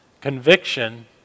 conviction